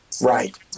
right